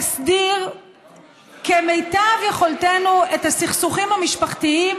חוק שנועד להסדיר כמיטב יכולתנו את הסכסוכים המשפחתיים